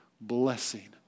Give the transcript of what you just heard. blessing